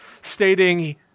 stating